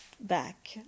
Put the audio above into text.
Back